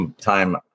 time